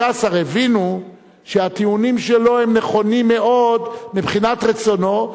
15 הבינו שהטיעונים שלו הם נכונים מאוד מבחינת רצונו,